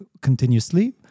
continuously